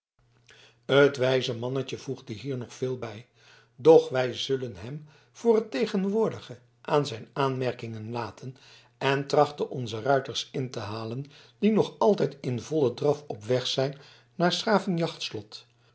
wijze mannetje voegde hier nog veel bij doch wij zullen hem voor het tegenwoordige aan zijn aanmerkingen laten en trachten onze ruiters in te halen die nog altijd in vollen draf op weg zijn naar s graven jachtslot